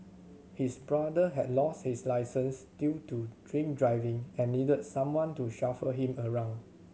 his brother had lost his licence due to drink driving and needed someone to chauffeur him around